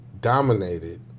dominated